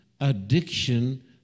addiction